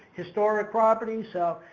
historic properties. so,